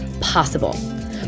possible